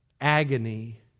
agony